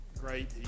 great